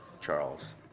Charles